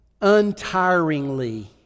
untiringly